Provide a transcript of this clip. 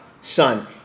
son